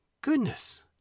goodness